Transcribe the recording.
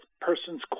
person's